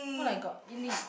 what I got 一粒